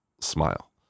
smile